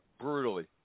brutally